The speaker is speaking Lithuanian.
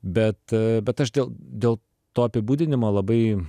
bet bet aš dėl dėl to apibūdinimo labai